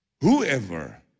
Whoever